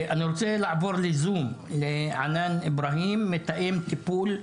אני רוצה לעבור לזום, לענאן אבראהים, מתאם טיפול,